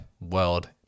world